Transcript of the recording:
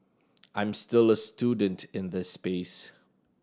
I'm still a student in this space